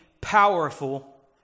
powerful